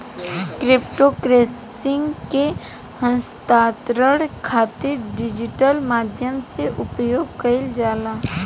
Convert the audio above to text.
crypto currency के हस्तांतरण खातिर डिजिटल माध्यम से उपयोग कईल जाला